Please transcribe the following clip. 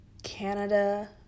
Canada